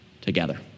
together